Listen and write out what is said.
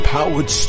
Powered